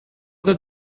that